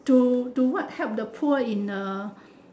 to to what help to poor in a